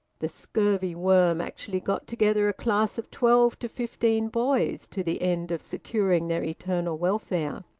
the scurvy worm actually got together a class of twelve to fifteen boys, to the end of securing their eternal welfare.